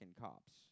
cops